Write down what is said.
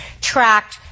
tracked